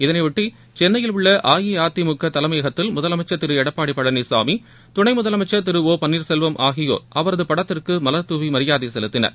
இதனைபொட்டி சென்னையில் உள்ள அஇஅதிமுக தலைமையகத்தில் முதலமைச்சர் திரு எடப்பாடி பழனிளமி துணை முதலமைச்சர் திரு ஒ பன்னீர்செல்வம் ஆகியோர் அவரது படத்திற்கு மலர் தூவி மரியாதை செலுத்தினார்